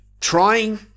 trying